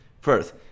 first